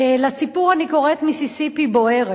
לסיפור אני קוראת "מיסיסיפי בוערת".